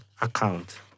account